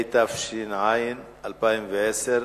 התש"ע 2010,